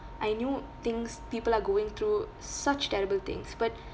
I knew things people are going through such terrible things but